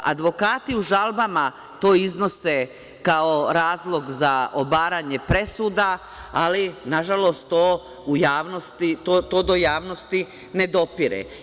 Advokati u žalbama to iznose kao razlog za obaranje presuda, ali nažalost to do javnosti ne dopire.